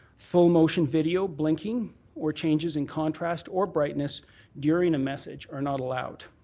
full motion video blinking or changes in contrast or brightness during a message are not allowed.